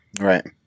Right